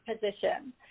position